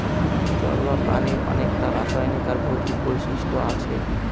জল বা পানির অনেককটা রাসায়নিক আর ভৌতিক বৈশিষ্ট্য আছে